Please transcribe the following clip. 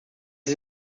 ist